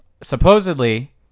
supposedly